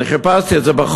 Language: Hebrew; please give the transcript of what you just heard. אני חיפשתי את זה בחוק,